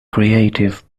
creative